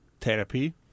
therapy